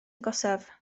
agosaf